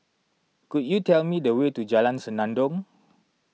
could you tell me the way to Jalan Senandong